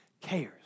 cares